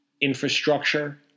infrastructure